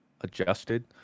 adjusted